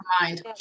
mind